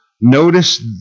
notice